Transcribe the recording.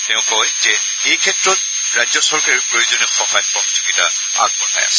তেওঁ কয় যে এইক্ষেত্ৰত ৰাজ্য চৰকাৰেও প্ৰয়োজনীয় সহায় সহযোগিতা আগবঢ়াই আছে